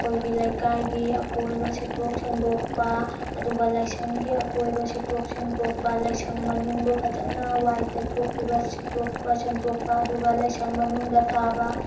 ꯑꯩꯈꯣꯏꯒꯤ ꯂꯩꯀꯥꯏꯒꯤ ꯑꯀꯣꯏꯕ ꯁꯤꯠꯇꯣꯛ ꯁꯦꯡꯇꯣꯛꯄ ꯑꯗꯨꯒ ꯂꯥꯏꯁꯪꯒꯤ ꯑꯀꯣꯏꯕ ꯁꯤꯠꯇꯣꯛ ꯁꯦꯡꯇꯣꯛꯄ ꯂꯥꯏꯁꯪ ꯃꯅꯨꯡꯗꯣ ꯐꯖꯅ ꯋꯥꯏ ꯇꯩꯊꯣꯛꯄꯤꯕ ꯁꯤꯠꯇꯣꯛꯄ ꯁꯦꯡꯇꯣꯛꯄ ꯑꯗꯨꯒ ꯂꯥꯏꯁꯪ ꯃꯅꯨꯡꯗ ꯊꯥꯕ